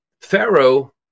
Pharaoh